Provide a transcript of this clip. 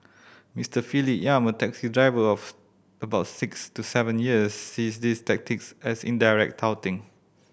Mister Philip Yap a taxi driver of about six to seven years sees these tactics as indirect touting